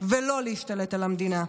לא להשתלט על המדינה.